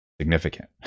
significant